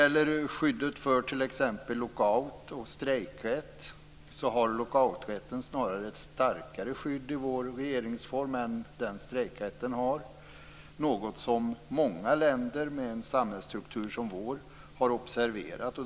Lockouträtten har t.ex. snarare ett starkare skydd i vår regeringsform än vad strejkrätten har. Det är något som många länder med en samhällsstruktur som vår har observerat.